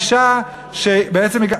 היושב-ראש,